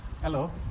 Hello